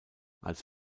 als